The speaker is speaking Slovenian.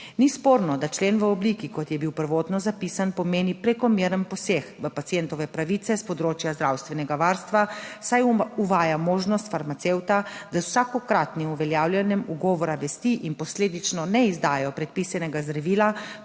Ni sporno, da člen v obliki, kot je bil prvotno zapisan, pomeni prekomeren poseg v pacientove pravice s področja zdravstvenega varstva, saj uvaja možnost farmacevta, da z vsakokratnim uveljavljanjem ugovora vesti in posledično ne izdajo predpisanega zdravila,